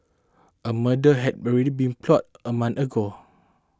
a murder had already been plotted a month ago